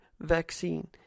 vaccine